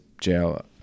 jail